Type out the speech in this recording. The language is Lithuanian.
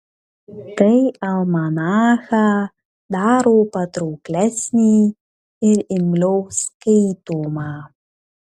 tai almanachą daro patrauklesnį ir imliau skaitomą